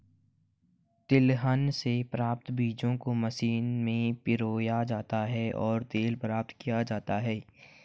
तिलहन से प्राप्त बीजों को मशीनों में पिरोया जाता है और तेल प्राप्त किया जाता है